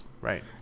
Right